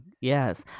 Yes